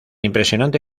impresionante